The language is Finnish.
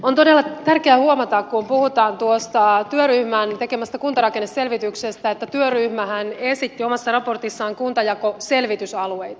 on todella tärkeää huomata kun puhutaan tuosta työryhmän tekemästä kuntarakenneselvityksestä että työryhmähän esitti omassa raportissaan kuntajakoselvitysalueita